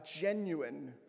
genuine